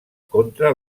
contra